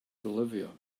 bolivia